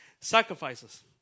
sacrifices